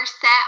set